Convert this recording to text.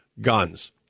guns